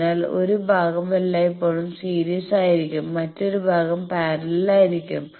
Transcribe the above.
അതിനാൽ 1 ഭാഗം എല്ലായ്പ്പോഴും സീരീസ് ആയിരിക്കും മറ്റൊരു ഭാഗം പാരലൽ ആയിരിക്കും